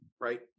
right